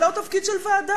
זה לא תפקיד של ועדה.